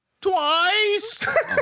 Twice